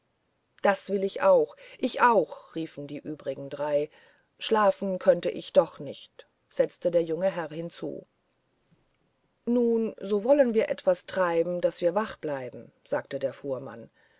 das will ich auch ich auch riefen die drei übrigen schlafen könnte ich doch nicht setzte der junge herr hinzu nun so wollen wir etwas treiben daß wir wach bleiben sagte der fuhrmann